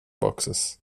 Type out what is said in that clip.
boxes